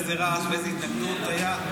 איזה רעש ואיזה התנגדות היו.